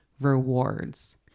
rewards